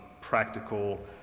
practical